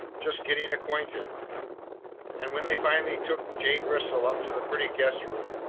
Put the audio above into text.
just getting acquainted and, when they finally took jane bristol up to the pretty guest-room,